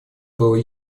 было